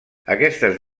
aquestes